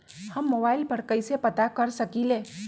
हम मोबाइल पर कईसे पता कर सकींले?